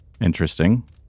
interesting